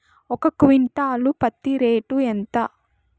ఒక క్వింటాలు పత్తి రేటు ఎంత?